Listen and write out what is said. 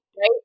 right